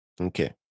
Okay